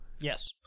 Yes